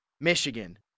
Michigan